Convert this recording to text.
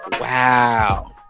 Wow